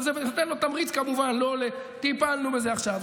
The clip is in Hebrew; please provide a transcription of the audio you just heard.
עכשיו זה נותן תמריץ כמובן לא, טיפלנו בזה עכשיו.